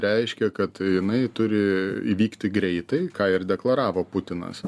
reiškia kad jinai turi įvykti greitai ką ir deklaravo putinas